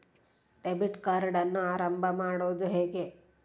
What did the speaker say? Debit ಕಾರ್ಡನ್ನು ಆರಂಭ ಮಾಡೋದು ಹೇಗೆ?